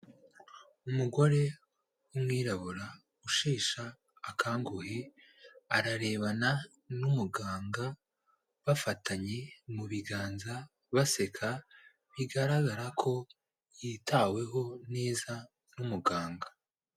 Umugore w'umwirabura ushesha akanguhe, ararebana n'umuganga bafatanye mu biganza baseka bigaragara ko yitaweho neza n'umuganga.